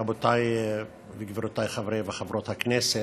רבותיי וגבירותיי חברי וחברות הכנסת,